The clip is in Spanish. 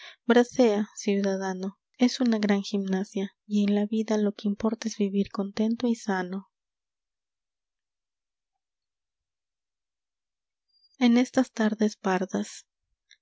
bracea ciudadano es una gran gimnasia y en la vida lo que importa es vivir contento y sano biblioteca nacional de españa en estas tardes pardas